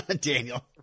Daniel